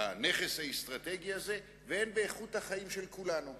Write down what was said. בנכס האסטרטגי הזה והן באיכות החיים של כולנו,